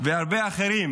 והרבה אחרים